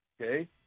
okay